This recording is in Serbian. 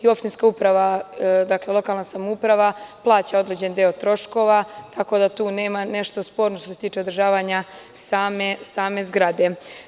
Opštinska uprava, dakle lokalna samouprava plaća određen deo troškova, tako da tu nema nešto sporno što se tiče održavanja same zgrade.